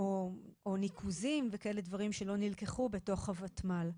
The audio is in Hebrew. או ניקוזים וכאלה דברים שלא נלקחו בתוך הוותמ"ל.